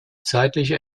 zeitliche